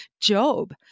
Job